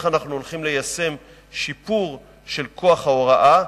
אנחנו הולכים ליישם שיפור של כוח ההוראה,